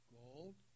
gold